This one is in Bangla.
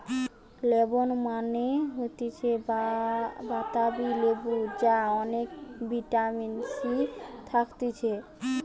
লেমন মানে হতিছে বাতাবি লেবু যাতে অনেক ভিটামিন সি থাকতিছে